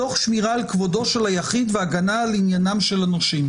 תוך שמירה על כבודו של היחיד והגנה על עניינם של הנושים".